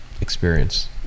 experience